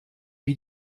wie